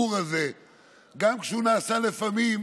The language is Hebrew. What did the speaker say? כיפור תשפ"א,